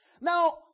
Now